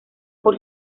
por